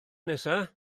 nesaf